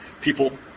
People